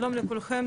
שלום לכולכם.